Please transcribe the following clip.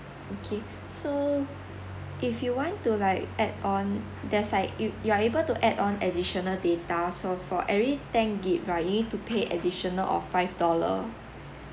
okay so if you want to like add on there's like you you are able to add on additional data so for every ten gig right you need to pay additional of five dollars